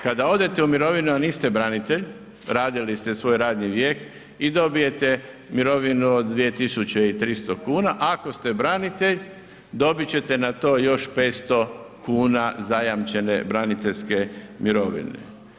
Kada odete u mirovinu, a niste branitelj radili ste svoj radni vijek i dobijete mirovinu od 2.300 kuna, ako ste branitelj dobit ćete na to još 500 kuna zajamčene braniteljske mirovine.